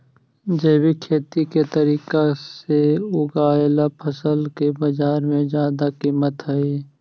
जैविक खेती के तरीका से उगाएल फसल के बाजार में जादा कीमत हई